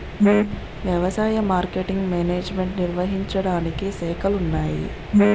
వ్యవసాయ marketing management నిర్వహించడానికి శాఖలున్నాయి